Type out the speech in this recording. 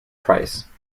price